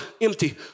empty